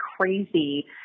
crazy